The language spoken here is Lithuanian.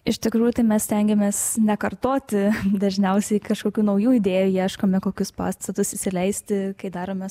iš tikrųjų tai mes stengiamės nekartoti dažniausiai kažkokių naujų idėjų ieškome kokius pastatus įsileisti kai darome